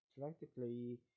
practically